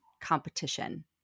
competition